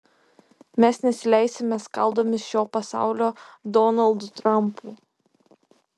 mes nesileisime skaldomi šio pasaulio donaldų trampų